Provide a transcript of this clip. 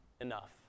enough